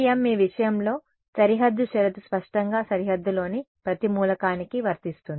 అవును FEM మీ విషయంలో సరిహద్దు షరతు స్పష్టంగా సరిహద్దులోని ప్రతి మూలకానికి వర్తిస్తుంది